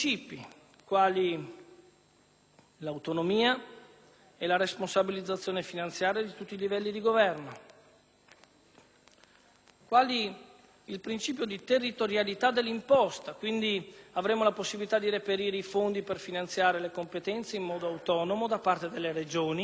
l'autonomia e la responsabilizzazione finanziaria di tutti i livelli di governo; quali il principio di territorialità dell'imposta (quindi, avremo la possibilità di reperire i fondi per finanziare le competenze in modo autonomo da parte delle Regioni e degli altri enti locali);